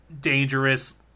dangerous